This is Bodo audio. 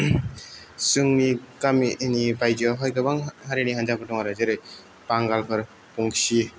जोंनि गामिनि बायदियावहाय गोबां हारिनि हान्जाफोर दङ आरो जेरै बांगालफोर बंसि